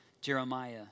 Jeremiah